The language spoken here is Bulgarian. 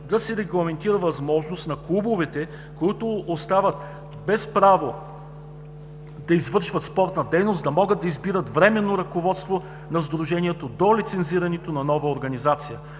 да се регламентира възможност на клубовете, които остават без право да извършват спортна дейност, да могат да избират временно ръководство на Сдружението до лицензирането на нова организация;